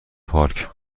پارک